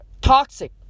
toxic